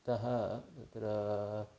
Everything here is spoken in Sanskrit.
तः तत्र